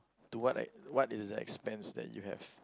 to what like what is the expense that you have